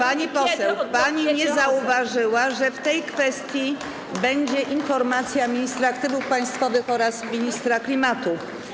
Pani poseł, pani nie zauważyła, że w tej kwestii będzie informacja ministra aktywów państwowych oraz ministra klimatu.